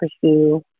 pursue